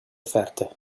verte